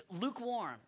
lukewarm